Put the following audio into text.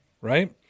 right